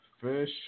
fish